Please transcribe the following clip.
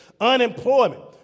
unemployment